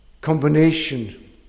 combination